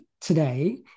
today